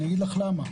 אני אגיד לך למה.